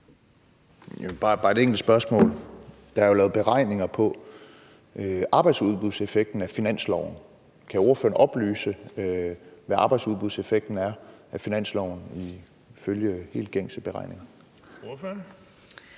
bare et enkelt spørgsmål. Der er jo lavet beregninger på arbejdsudbudseffekten af finansloven. Kan ordføreren oplyse, hvad arbejdsudbudseffekten er af finansloven ifølge helt gængse beregninger? Kl.